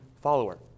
follower